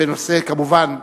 כמובן,